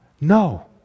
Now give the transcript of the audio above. No